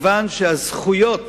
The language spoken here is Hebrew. כיוון שהזכויות